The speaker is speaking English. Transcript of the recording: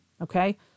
okay